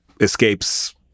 escapes